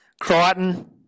Crichton